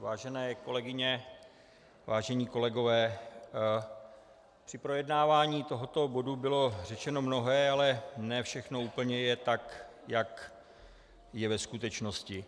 Vážené kolegyně, vážení kolegové, při projednávání tohoto bodu bylo řečeno mnohé, ale ne všechno úplně je tak, jak je ve skutečnosti.